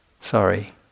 sorry